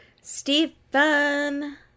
Stephen